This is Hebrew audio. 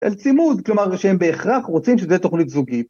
‫אל צימוד, כלומר שהם בהכרח ‫רוצים שזה יהיה תוכנית זוגית.